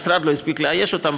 המשרד לא הספיק לאייש אותם.